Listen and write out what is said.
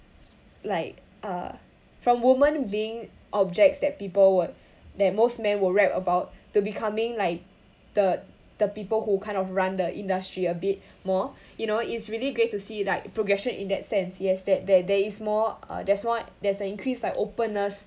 like uh from woman being objects that people would that most man would rap about to becoming like the the people who kind of run the industry a bit more you know it's really great to see like progression in that sense yes th~ th~ there is more uh there's more there is a increase like openness